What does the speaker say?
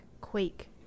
quake